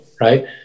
right